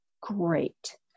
great